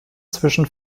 zwischen